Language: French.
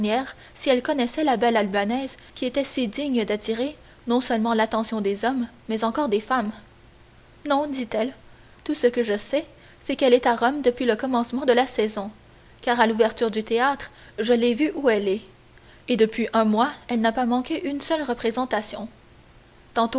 si elle connaissait la belle albanaise qui était si digne d'attirer non seulement l'attention des hommes mais encore des femmes non dit-elle tout ce que je sais c'est qu'elle est à rome depuis le commencement de la saison car à l'ouverture du théâtre je l'ai vue où elle est et depuis un mois elle n'a pas manqué une seule représentation